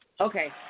Okay